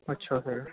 ਅੱਛਾ ਅਤੇ